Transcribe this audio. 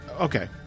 Okay